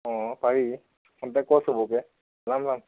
অঁ পাৰি কণ্টেক্ট কৰ চবকে যাম যাম